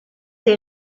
des